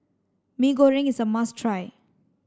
Mee Goreng is a must try